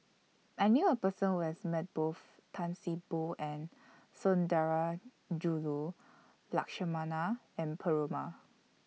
I knew A Person Who has Met Both Tan See Boo and Sundarajulu Lakshmana and Perumal